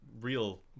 real